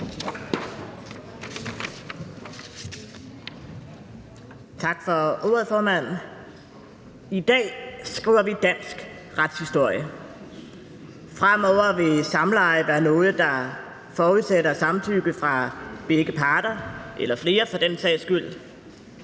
Tak for ordet, formand. I dag skriver vi dansk retshistorie. Fremover vil samleje være noget, der forudsætter samtykke fra begge parter – eller flere for den sags skyld.